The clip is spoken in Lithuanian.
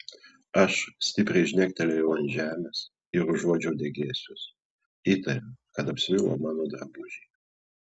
aš stipriai žnektelėjau ant žemės ir užuodžiau degėsius įtariau kad apsvilo mano drabužiai